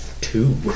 two